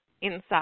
inside